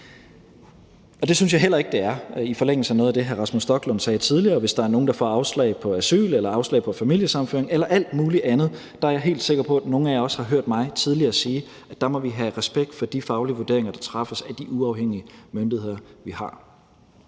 Og det synes jeg heller ikke det er – i forlængelse af noget af det, hr. Rasmus Stoklund sagde tidligere – hvis der er nogen, der får afslag på asyl eller afslag på familiesammenføring eller alt muligt andet. Der er jeg helt sikker på, at nogle af jer også tidligere har hørt mig sige, at der må vi have respekt for de faglige vurderinger, der træffes af de uafhængige myndigheder, vi har.